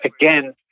again